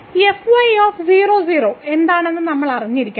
00 എന്താണെന്നും നാം അറിഞ്ഞിരിക്കണം